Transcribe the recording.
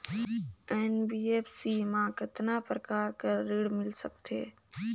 NBFC मा कतना प्रकार कर ऋण मिल सकथे?